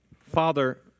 Father